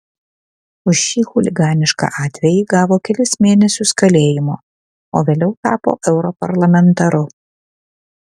už šį chuliganišką atvejį gavo kelis mėnesius kalėjimo o vėliau tapo europarlamentaru